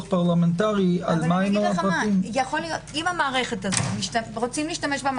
פרלמנטרי- - אם רוצים להרחיב את השימוש